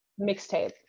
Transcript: Mixtape